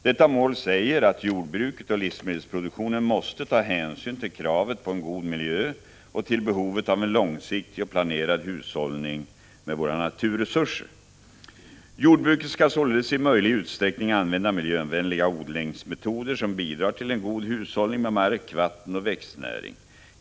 Detta mål säger att jordbruket och livsmedelsproduktionen måste ta hänsyn till kravet på en god miljö och till behovet av en långsiktig och planerad hushållning med våra naturresurser. Jordbruket skall således i möjlig utsträckning använda miljövänliga odlingsmetoder som bidrar till en god hushållning med mark, vatten och växtnäring.